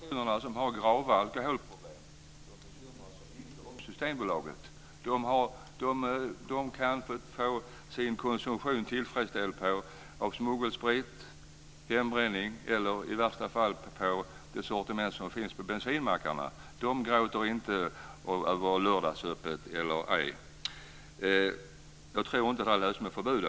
Fru talman! Vad först gäller de 90 procenten är det säkert många människor i Sverige som har alkoholproblem, men som jag sade i mitt inlägg bryr sig de personer som har grava alkoholproblem inte om Systembolaget. De kan klara sin konsumtion med hjälp av smuggelsprit, hembränning eller i värsta fall det sortiment som finns på bensinmackarna. De gråter inte vare sig det är lördagsöppet eller ej. Jag tror alltså inte att det här löses med förbud.